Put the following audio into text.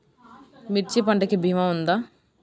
మిర్చి పంటకి భీమా ఉందా?